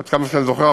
עד כמה שאני זוכר,